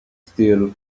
steel